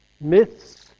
myths